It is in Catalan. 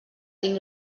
tinc